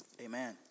Amen